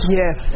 yes